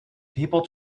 people